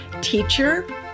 teacher